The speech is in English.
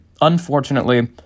unfortunately